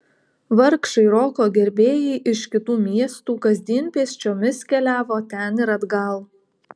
vargšai roko gerbėjai iš kitų miestų kasdien pėsčiomis keliavo ten ir atgal